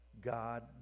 God